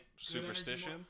superstition